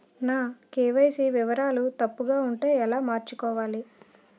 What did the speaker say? నా కే.వై.సీ వివరాలు తప్పుగా ఉంటే ఎలా మార్చుకోవాలి?